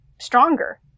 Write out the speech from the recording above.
stronger